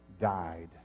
died